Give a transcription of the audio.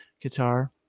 guitar